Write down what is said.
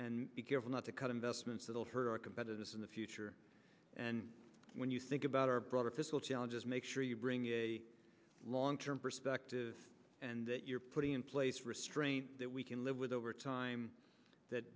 careful not to cut investments that will hurt our competitors in the future and when you think about our broader fiscal challenges make sure you bring a long term perspective and that you're putting in place restraints that we can live with over time that